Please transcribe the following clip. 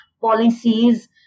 policies